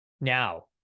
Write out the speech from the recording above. Now